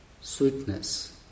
sweetness